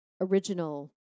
original